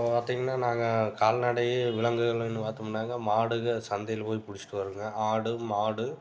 இப்போ பார்த்திங்கன்னா நாங்கள் கால்நடை விலங்குகள்னு பார்த்தோமுன்னாங்கா மாடுகள் சந்தையில் போய் பிடிச்சிட்டு வருவோங்க ஆடு மாடு